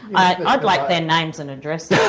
i'd like their names and addresses, yeah